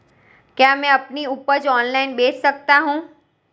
क्या मैं अपनी उपज ऑनलाइन बेच सकता हूँ?